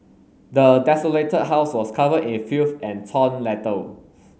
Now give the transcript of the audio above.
the desolated house was covered in filth and torn letters